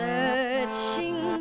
Searching